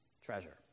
treasure